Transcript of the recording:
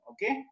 Okay